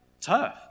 turf